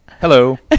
Hello